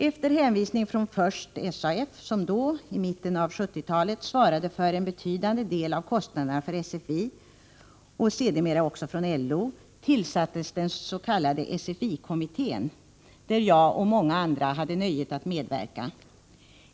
Efter hänvisning först från SAF, som då — i mitten av 1970-talet — svarade för en betydande del av kostnaderna för SFI, och sedermera också från LO tillsattes den s.k. SFI-kommittén, där jag och många andra hade nöjet att medverka.